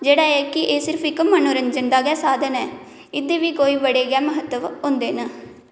जेह्ड़ा ऐ की एह् इक्क मनोरंजन दा गै साधन ऐ एह्दे बी कोई बड़े गै महत्व होंदे न